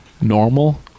normal